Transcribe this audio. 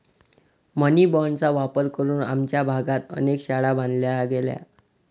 मनी बाँडचा वापर करून आमच्या भागात अनेक शाळा बांधल्या गेल्या